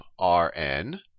Rn